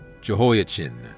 Jehoiachin